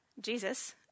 Jesus